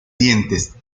dientes